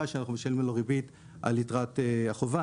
שאנחנו משלמים לו ריבית על יתרת החובה.